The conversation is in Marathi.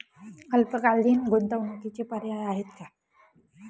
अल्पकालीन गुंतवणूकीचे पर्याय आहेत का?